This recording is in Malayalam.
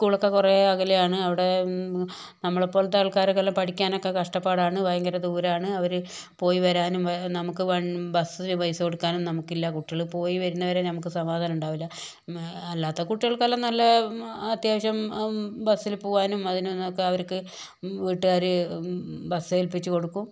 സ്കൂളൊക്കെ കുറെ അകലെയാണ് അവിടെ നമ്മളെപ്പോലത്തെ ആൾക്കാരൊക്കെ പഠിക്കാനൊക്കെ കഷ്ടപ്പാടാണ് ഭയങ്കര ദൂരമാണ് അവര് പോയ് വരാനും നമുക്ക് വൺ ബസിനു പൈസ കൊടുക്കാനൊന്നും നമുക്കില്ല കുട്ടികള് പോയി വരുന്ന വരെ നമുക്ക് സമാധാനം ഉണ്ടാവുല്ല അല്ലാത്ത കുട്ടികൾക്കെല്ലാം നല്ല അത്യാവശ്യം ബസിനു പോകാനും അതിനും ഇതിനൊക്കെ അവർക്ക് വീട്ടുകാര് ബസേൽപ്പിച്ചു കൊടുക്കും